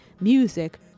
music